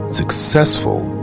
successful